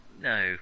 No